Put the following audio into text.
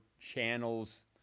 channels